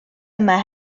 yma